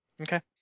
Okay